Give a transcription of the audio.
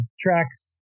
tracks